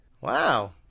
Wow